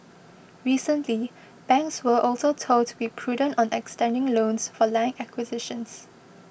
recently banks were also told to be prudent on extending loans for land acquisitions